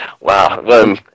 Wow